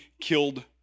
killed